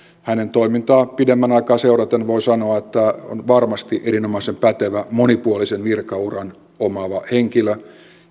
hänen toimintaansa pidemmän aikaa seuranneena voi sanoa että on varmasti erinomaisen pätevä monipuolisen virkauran omaava henkilö